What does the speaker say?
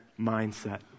mindset